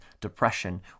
depression